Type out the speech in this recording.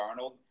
Darnold